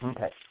Okay